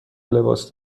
لباس